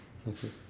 okay